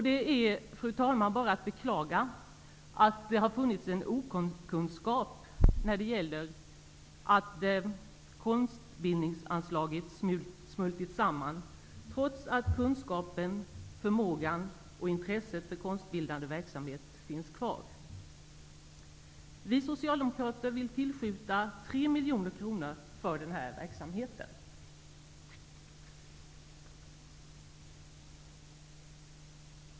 Det är, fru talman, bara att beklaga att det har funnits en okunskap om att konstbildningsanslaget smält samman, trots att kunskapen, förmågan och intresset för konstbildande verksamhet finns kvar. Vi socialdemokrater vill tillskjuta 3 miljoner kronor för den här verksamheten. Fru talman!